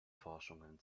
forschungen